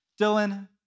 Dylan